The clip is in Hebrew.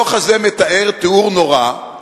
הדוח הזה מתאר תיאור נורא,